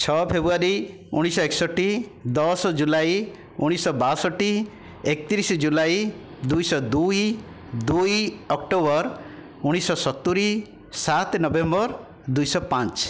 ଛଅ ଫେବ୍ରୁଆରୀ ଉଣାଇଶଶହ ଏକଷଠି ଦଶ ଜୁଲାଇ ଉଣାଇଶଶହ ବାଷଠି ଏକତିରିଶ ଜୁଲାଇ ଦୁଇଶହ ଦୁଇ ଦୁଇ ଅକ୍ଟୋବର ଉଣାଇଶଶହ ସତୁରୀ ସାତ ନଭେମ୍ବର ଦୁଇଶହ ପାଞ୍ଚ